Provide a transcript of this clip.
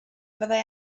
fyddai